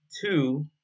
Two